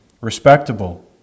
respectable